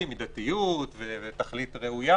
בנושא של המידתיות היא תשקול חלופות.